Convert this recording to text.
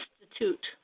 Institute